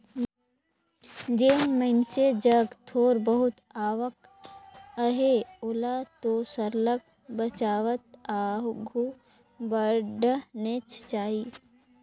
जेन मइनसे जग थोर बहुत आवक अहे ओला तो सरलग बचावत आघु बढ़नेच चाही